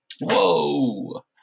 Whoa